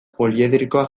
poliedrikoa